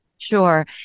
Sure